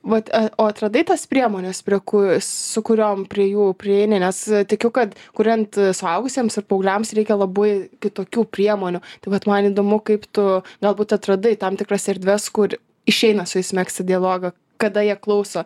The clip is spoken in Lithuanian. vat o atradai tas priemones prie ku su kuriom prie jų prieini nes tikiu kad kuriant suaugusiems ir paaugliams reikia labai kitokių priemonių tai vat man įdomu kaip tu galbūt atradai tam tikras erdves kur išeina su jais megzti dialogą kada jie klauso